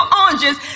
oranges